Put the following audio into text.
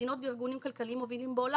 מדינות וארגונים כלכליים מובילים בעולם